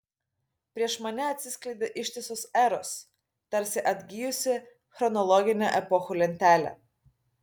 prieš mane atsiskleidė ištisos eros tarsi atgijusi chronologinė epochų lentelė